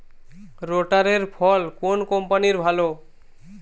রোটারের ফল কোন কম্পানির ভালো?